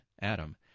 Adam